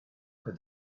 could